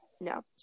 No